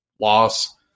loss